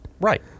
Right